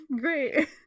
great